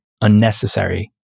unnecessary